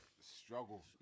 Struggle